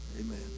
Amen